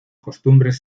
costumbres